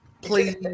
Please